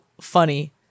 funny